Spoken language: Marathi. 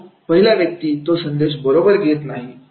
परंतु पहिला व्यक्ती तो संदेश बरोबर घेत नाही